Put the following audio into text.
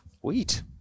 Sweet